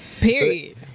Period